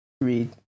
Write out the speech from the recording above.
read